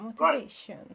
motivation